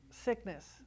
Sickness